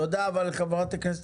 תודה, חברת הכנסת.